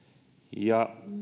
ja